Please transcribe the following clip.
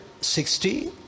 sixty